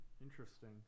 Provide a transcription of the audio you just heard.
interesting